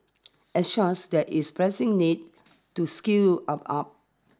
as such there is a pressing need to skill up up